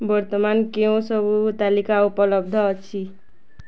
ବର୍ତ୍ତମାନ କେଉଁ ସବୁ ତାଲିକା ଉପଲବ୍ଧ ଅଛି